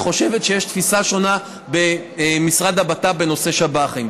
חושבת שיש תפיסה שונה במשרד הבט"פ בנושא שב"חים.